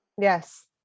Yes